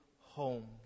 home